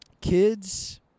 Kids